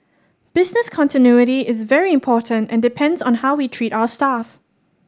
business continuity is very important and depends on how we treat our staff